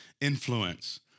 influence